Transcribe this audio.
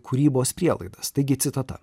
kūrybos prielaidas taigi citata